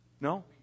No